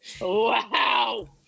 wow